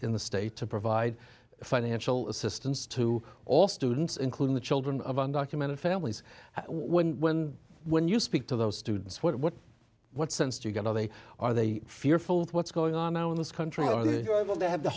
in the state to provide financial assistance to all students including the children of undocumented families when when when you speak to those students what what sense do you get are they are they fearful of what's going on in this country or of they have the